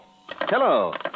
Hello